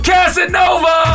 Casanova